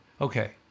Okay